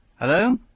Hello